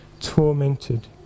tormented